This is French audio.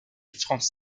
france